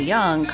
Young